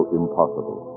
impossible